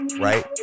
right